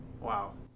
Wow